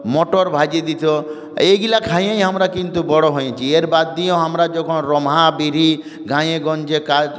মটর ভেজে দিত এইগুলো খেয়েই আমরা কিন্তু বড় হয়েছি এর বাদ দিয়েও আমরা যখন গাঁয়েগঞ্জে কাজ